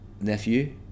nephew